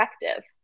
effective